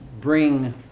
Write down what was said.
bring